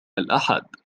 الأحد